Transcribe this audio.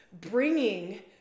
bringing